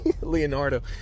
Leonardo